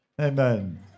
Amen